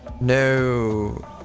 No